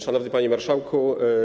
Szanowny Panie Marszałku!